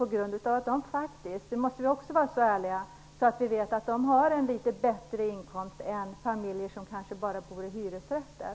Det beror faktiskt - det måste vi också kunna erkänna - på att de har litet bättre inkomst än familjer som kanske bara bor i hyresrätter.